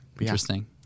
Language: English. Interesting